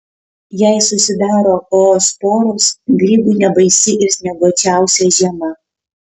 jei susidaro oosporos grybui nebaisi ir snieguočiausia žiema